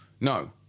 No